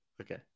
Okay